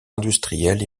industriels